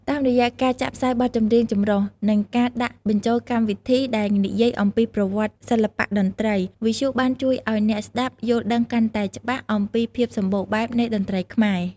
តាមរយៈការចាក់ផ្សាយបទចម្រៀងចម្រុះ និងការដាក់បញ្ចូលកម្មវិធីដែលនិយាយអំពីប្រវត្តិសិល្បៈតន្ត្រី វិទ្យុបានជួយឲ្យអ្នកស្តាប់យល់ដឹងកាន់តែច្បាស់អំពីភាពសម្បូរបែបនៃតន្ត្រីខ្មែរ។